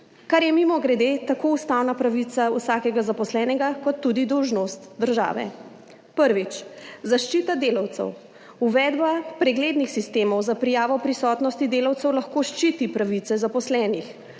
kar je mimogrede tako ustavna pravica vsakega zaposlenega kot tudi dolžnost države. Prvič, zaščita delavcev. Uvedba preglednih sistemov za prijavo prisotnosti delavcev lahko ščiti pravice zaposlenih.